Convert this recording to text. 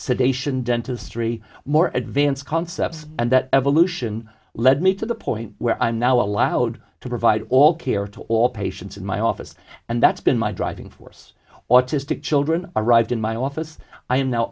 sedation dentistry more advanced concepts and that evolution led me to the point where i'm now allowed to provide all care to all patients in my office and that's been my driving force autistic children arrived in my office i am now